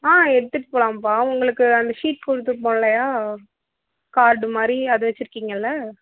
ஆ எடுத்துகிட்டு போகலாம்பா உங்களுக்கு அந்த ஷீட் கொடுத்துருப்போம் இல்லையா கார்டு மாதிரி அது வெச்சுருக்கிங்கள்ல